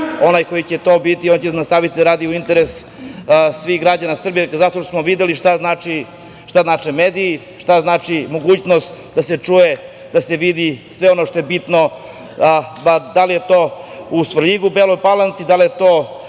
onaj koji će to biti on će nastaviti da radi u interesu svih građana Srbije, zato što smo videli šta znače mediji, šta znači mogućnost da se čuje, da se vidi sve ono što je bitno, a da li je to u Svrljigu, Beloj Palanci, da li je to